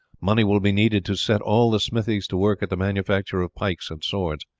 money will be needed to set all the smithies to work at the manufacture of pikes and swords.